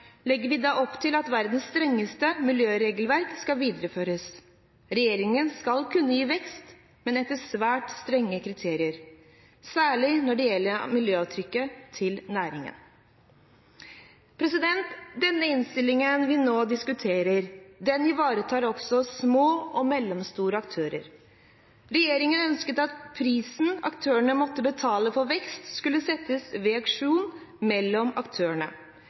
legger vi opp til at verdens strengeste miljøregelverk skal videreføres. Regjeringen skal kunne gi vekst, men etter svært strenge kriterier, særlig når det gjelder miljøavtrykket til næringen. Den innstillingen vi nå diskuterer, ivaretar også små og mellomstore aktører. Regjeringen ønsket at prisen aktørene måtte betale for vekst, skulle settes ved auksjon mellom aktørene.